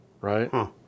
Right